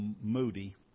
Moody